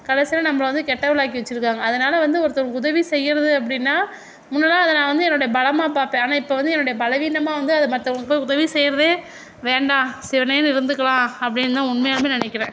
கடைசியில் நம்மள வந்து கெட்டவளாக ஆக்கி வச்சுருக்காங்க அதனால் வந்து ஒருத்தவங்களுக்கு உதவி செய்கிறது அப்படினா முன்னேலாம் அதை நான் வந்து என்னோட பலமாக பார்ப்பேன் ஆனால் இப்போ வந்து என்னுடைய பலவீனமாக வந்து அதை மத்தவங்களுக்கு உதவி செய்கிறதே வேண்டாம் சிவனேன்னு இருந்துக்கலாம் அப்படின்னு தான் உண்மையாலும் நினைக்குறேன்